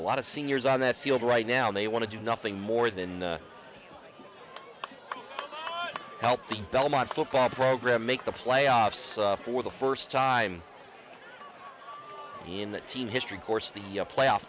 a lot of seniors on that field right now they want to do nothing more than help the belmont football program make the playoffs for the first time in that team history course the playoff